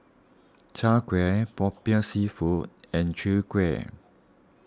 Chai Kuih Popiah Seafood and Chwee Kueh